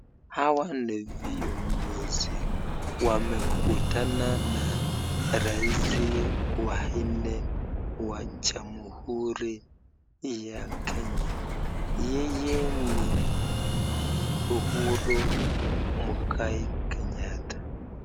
Hawa ni viongozi wamekutana na rais wa nne wa jamuhuri ya kenya yeye ni Uhuru Muigai Kenyatta.